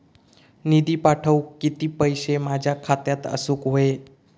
निधी पाठवुक किती पैशे माझ्या खात्यात असुक व्हाये?